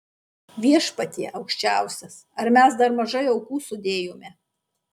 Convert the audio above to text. viešpatie aukščiausias ar mes dar mažai aukų sudėjome